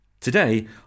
Today